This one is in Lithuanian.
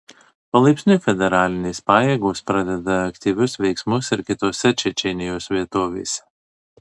palaipsniui federalinės pajėgos pradeda aktyvius veiksmus ir kitose čečėnijos vietovėse